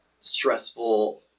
stressful